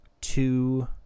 two